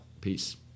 peace